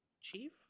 Chief